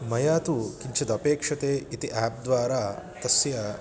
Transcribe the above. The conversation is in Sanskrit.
मया तु किञ्चिदपेक्ष्यते इति एप् द्वारा तस्य